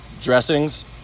dressings